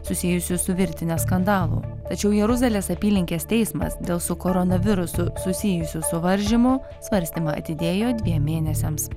susijusiu su virtine skandalų tačiau jeruzalės apylinkės teismas dėl su koronavirusu susijusių suvaržymų svarstymą atidėjo dviem mėnesiams